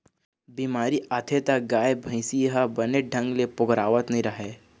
बेमारी आथे त गाय, भइसी ह बने ढंग ले पोगरावत नइ रहय